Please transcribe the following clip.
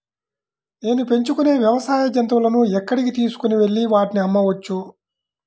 నేను పెంచుకొనే వ్యవసాయ జంతువులను ఎక్కడికి తీసుకొనివెళ్ళి వాటిని అమ్మవచ్చు?